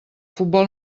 futbol